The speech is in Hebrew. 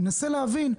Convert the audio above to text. אני מנסה להבין,